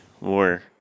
more